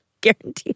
guaranteed